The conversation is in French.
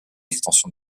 extension